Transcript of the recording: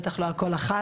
בטח לא על כל אחת,